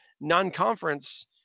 non-conference